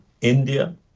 india